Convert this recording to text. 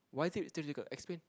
why theatrical explain